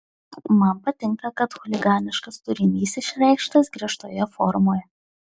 man patinka kad chuliganiškas turinys išreikštas griežtoje formoje